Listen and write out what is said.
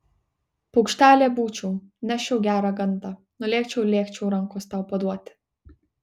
paukštelė būčiau neščiau gerą gandą nulėkčiau lėkčiau rankos tau paduoti